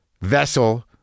vessel